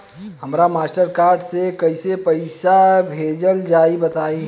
हमरा Mastercard से कइसे पईसा भेजल जाई बताई?